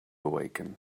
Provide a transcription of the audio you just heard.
awaken